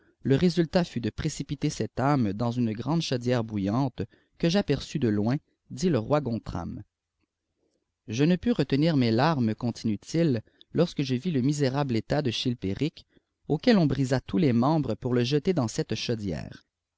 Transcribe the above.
le résultat fiit dé précipiter cette ftme dans lift pmàelmir dière bouillarite j'aperçus dé loifli dit le roi gontrwi je ne pms retenir mes larmes continue t il lorsque j'ai vu le misérable état de cbilpérjc auquel dn brîstt tous les membres peur le jeter dans cette chaudière